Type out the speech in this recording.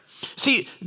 See